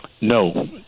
No